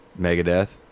Megadeth